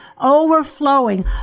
overflowing